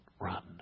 run